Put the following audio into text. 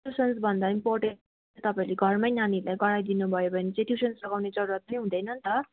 ट्युसनभन्दा important तपाईँहरूले घरमै नानीहरूलाई गराइदिनु भयो भने चाहिँ ट्युसन लगाउने जरुरत पनि हुँदैन नि त